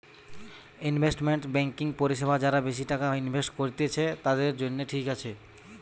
investment banking পরিষেবা যারা বেশি টাকা ইনভেস্ট করত্তিছে, তাদের জন্য ঠিক আছে